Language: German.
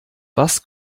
was